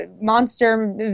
monster